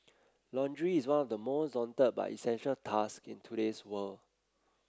laundry is one of the most daunted but essential task in today's world